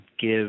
give